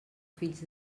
fills